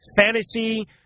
fantasy